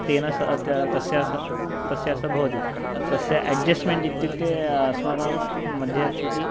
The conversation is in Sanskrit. तेन स तस्या स तस्याः स भवति तस्य अड्जस्टमेण्ट् इत्युक्ते अस्माकं मध्ये अस्ति किं